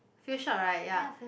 future alright ya